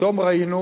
פתאום ראינו,